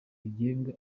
rigenga